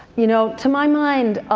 you know to my mind,